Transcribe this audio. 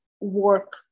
work